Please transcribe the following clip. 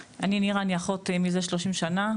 נירה, אחות מזה 30 שנה.